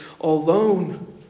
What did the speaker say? alone